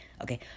Okay